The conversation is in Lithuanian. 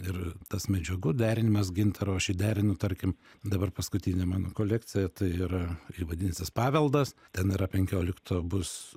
ir tas medžiagų derinimas gintaro aš jį derinu tarkim dabar paskutinė mano kolekcija tai yra ji vadinsis paveldas ten yra penkiolikto bus